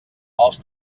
els